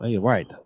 right